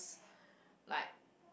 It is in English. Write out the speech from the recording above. like